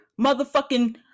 motherfucking